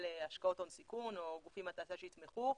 השקעות הון סיכון או גופים מהתעשייה שיתמכו,